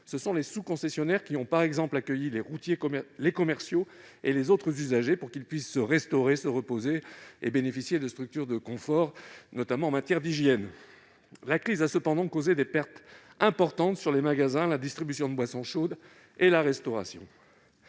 Ce sont les sous-concessionnaires qui, par exemple, ont accueilli les routiers, les commerciaux et les autres usagers pour que ces derniers puissent se restaurer, se reposer et bénéficier de structures de confort, notamment en ce qui concerne l'hygiène. La crise a toutefois causé des pertes importantes pour les magasins, la distribution de boissons chaudes et la restauration.